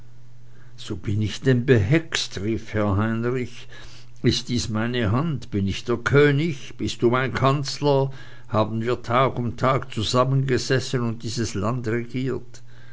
so bin denn ich behext rief herr heinrich ist dies meine hand bin ich der könig bist du mein kanzler haben wir tag um tag zusammen gesessen und dieses land regiert